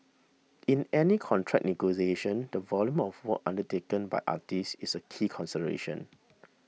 in any contract negotiation the volume of work undertaken by artiste is a key consideration